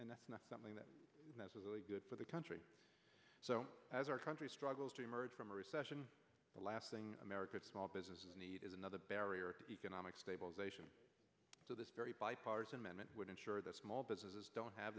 and that's not something that necessarily good for the country so as our country struggles to emerge from recession the last thing america small businesses need is another barrier to economic stabilization so this very bipartisan manner would ensure that small businesses don't have